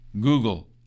Google